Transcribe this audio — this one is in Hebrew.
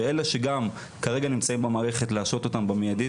ואלה שנמצאים כרגע במערכת במיידי